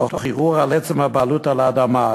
תוך ערעור על עצם הבעלות על האדמה,